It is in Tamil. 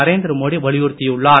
நரேந்திர மோடி வலியுறுத்தியுள்ளார்